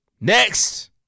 Next